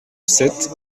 sept